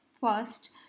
First